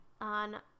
On